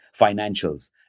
Financials